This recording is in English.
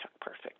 perfect